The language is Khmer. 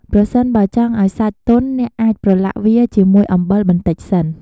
ប្រសិនបើចង់ឱ្យសាច់ទន់ អ្នកអាចប្រឡាក់វាជាមួយអំបិលបន្តិចសិន។